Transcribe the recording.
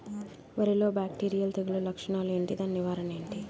వరి లో బ్యాక్టీరియల్ తెగులు లక్షణాలు ఏంటి? దాని నివారణ ఏంటి?